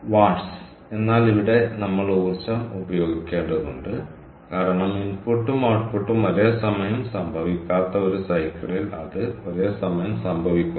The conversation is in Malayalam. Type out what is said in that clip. വാട്ട്സ് എന്നാൽ ഇവിടെ നമ്മൾ ഊർജ്ജം ഉപയോഗിക്കേണ്ടതുണ്ട് കാരണം ഇൻപുട്ടും ഔട്ട്പുട്ടും ഒരേസമയം സംഭവിക്കാത്ത ഒരു സൈക്കിളിൽ അത് ഒരേസമയം സംഭവിക്കുന്നു